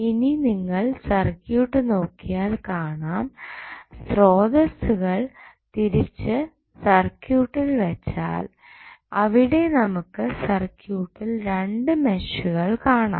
ഇനി നിങ്ങൾ സർക്യൂട്ട് നോക്കിയാൽ കാണാം സ്രോതസ്സുകൾ തിരിച്ചു സർക്യൂട്ടിൽ വെച്ചാൽ അവിടെ നമുക്ക് സർക്യൂട്ടിൽ രണ്ട് മെഷുകൾ കാണാം